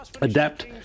adapt